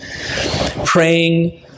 Praying